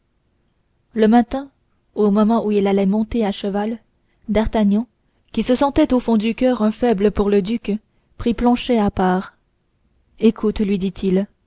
le matin au moment où il allait monter à cheval d'artagnan qui se sentait au fond du coeur un faible pour le duc prit planchet à part écoute lui dit-il